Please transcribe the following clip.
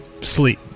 sleep